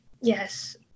Yes